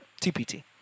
tpt